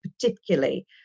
particularly